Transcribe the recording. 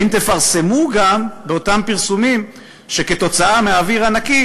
האם תפרסמו גם באותם פרסומים שכתוצאה מהאוויר הנקי